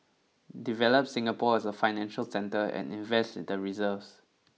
develop Singapore as a financial centre and invest the reserves